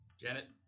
Janet